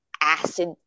acid